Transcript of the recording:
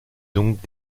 donc